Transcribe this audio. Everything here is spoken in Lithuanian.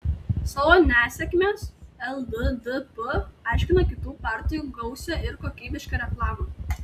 savo nesėkmes lddp aiškino kitų partijų gausia ir kokybiška reklama